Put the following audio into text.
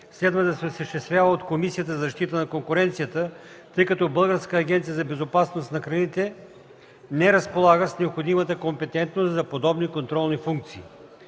следва да се осъществява от Комисията за защита на конкуренцията, тъй като Българската агенция по безопасност на храните не разполага с необходимата компетентност за подобни контролни функции.